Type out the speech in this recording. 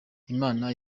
imana